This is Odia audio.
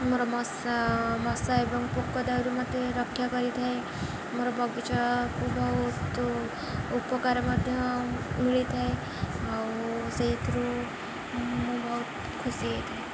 ମୋର ମଶା ମଶା ଏବଂ ପୋକ ଦାଉରୁ ମୋତେ ରକ୍ଷା କରିଥାଏ ମୋର ବଗିଚାକୁ ବହୁତ ଉପକାର ମଧ୍ୟ ମିଳିଥାଏ ଆଉ ସେଇଥିରୁ ମୁଁ ବହୁତ ଖୁସି ହେଇଥାଏ